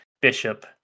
bishop